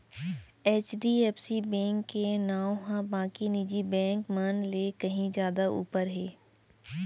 HDFC bank के नांव ह बाकी निजी बेंक मन ले कहीं जादा ऊपर हे